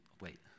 Wait